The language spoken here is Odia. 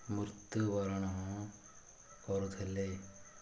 ମୃତ୍ୟୁବରଣ କରୁଥିଲେ